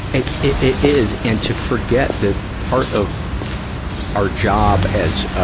it, it is. and to forget that. part of our job, as, ah,